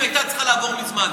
שהייתה צריכה לעבור מזמן.